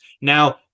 Now